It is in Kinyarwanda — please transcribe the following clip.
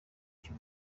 icyo